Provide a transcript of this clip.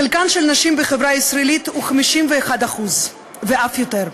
חלקן של הנשים בחברה הישראלית הוא 51% ואף יותר.